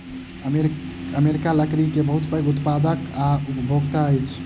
America लकड़ी के बहुत पैघ उत्पादक आ उपभोगता अछि